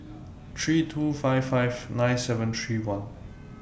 three two five five nine seven three one